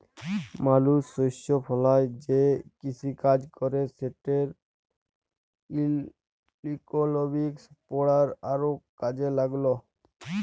মালুস শস্য ফলায় যে কিসিকাজ ক্যরে সেটর ইকলমিক্স পড়া আরও কাজে ল্যাগল